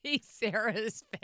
Sarah's